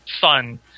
fun